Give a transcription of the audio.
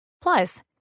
Plus